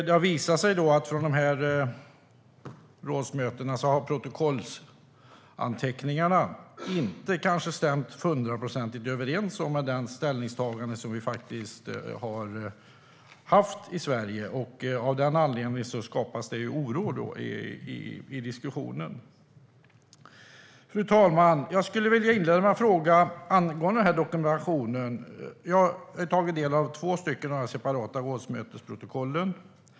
Det har visat sig att protokollsanteckningarna från mötena kanske inte har stämt hundraprocentigt överens med det ställningstagande vi haft i Sverige. Av den anledningen skapas oro i diskussionen. Fru talman! Angående dokumentationen har jag en fråga. Jag har tagit del av två separata rådsmötesprotokoll.